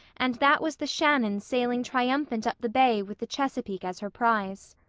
and that was the shannon sailing triumphant up the bay with the chesapeake as her prize.